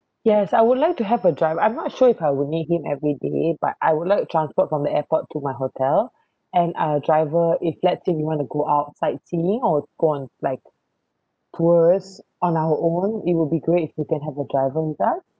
yes I would like to have a driver I'm not sure if I would need him everyday but I would like transport from the airport to my hotel and uh driver if let's say if we want to go out sightseeing or go on like tours on our own it will be great if we can have a driver with us